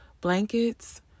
blankets